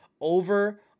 over